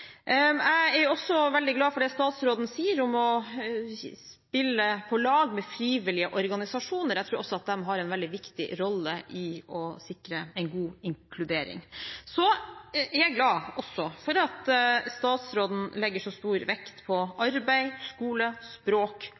Jeg er også veldig glad for det statsråden sier om å spille på lag med frivillige organisasjoner. Jeg tror også at de har en viktig rolle i det å sikre en god inkludering. Så er jeg også glad for at statsråden legger så stor vekt på arbeid, skole, språk